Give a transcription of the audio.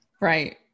Right